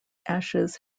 ashes